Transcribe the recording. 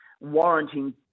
warranting